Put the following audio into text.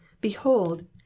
behold